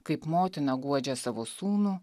kaip motina guodžia savo sūnų